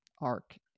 arc